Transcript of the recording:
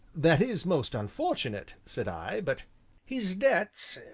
that is most unfortunate, said i, but his debts,